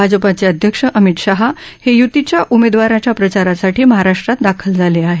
भाजपाचे अध्यक्ष अमित शाह हे य्तीच्या उमेदवारांच्या प्रचारासाठी महाराष्ट्रात दाखल झाले आहेत